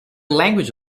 language